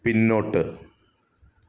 പിന്നോട്ട്